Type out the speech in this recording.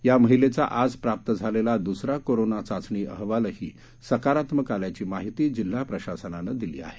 या महिलेचा आज प्राप्त झालेला दुसरा कोरोना चाचणी अहवालही सकारात्मक आल्याची माहिती जिल्हा प्रशासनाने दिली आहे